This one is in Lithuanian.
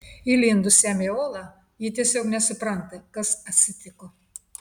įlindus jam į olą ji tiesiog nesupranta kas atsitiko